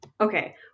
Okay